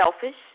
selfish